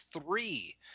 three